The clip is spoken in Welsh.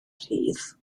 rhydd